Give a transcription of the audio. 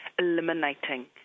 Eliminating